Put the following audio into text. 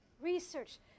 research